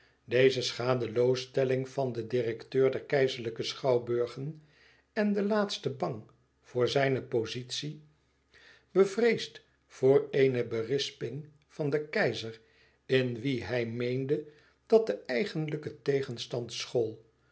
deze schadeloosstelling van den directeur der keizerlijke schouwburgen en de laatste bang voor zijne pozitie bevreesd voor eene berisping van den keizer in wien hij meende dat de eigenlijke tegenstand school